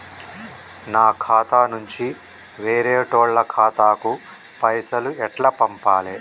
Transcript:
నా ఖాతా నుంచి వేరేటోళ్ల ఖాతాకు పైసలు ఎట్ల పంపాలే?